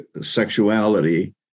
sexuality